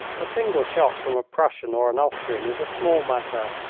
a single shot from a prussian or an austrian is a small matter,